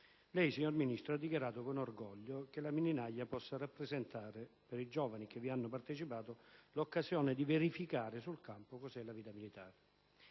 Lei, signor Ministro, ha dichiarato con orgoglio che la mini naja può rappresentare, per i giovani che vi hanno partecipato, l'occasione di verificare sul campo che cosa è la vita militare,